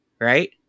right